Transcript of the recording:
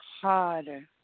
harder